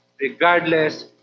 regardless